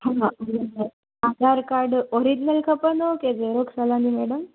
हा अ Aadhaar card original खपंदो की जेरॉक्स हलंदी मैडम